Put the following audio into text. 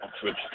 switch